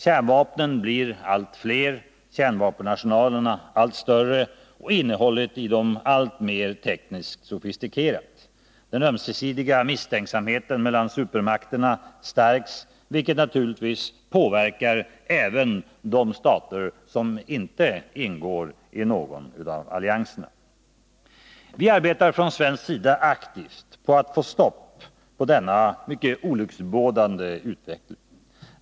Kärnvapnen blir allt fler, kärnvapenarsenalerna allt större och innehållet i dem tekniskt alltmer sofistikerat. Den ömsesidiga misstänksamheten mellan supermakterna stärks, vilket naturligtvis påverkar även de stater som inte ingår i någon av allianserna. Vi arbetar från svensk sida aktivt på att få stopp på denna mycket olycksbådande utveckling.